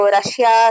Russia